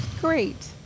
Great